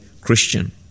Christian